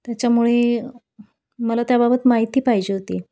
त्याच्यामुळे मला त्याबाबत माहिती पाहिजे होती